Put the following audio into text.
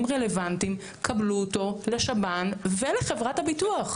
רלוונטיים קבלו אותו לשב"ן ולחברת הביטוח.